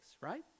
right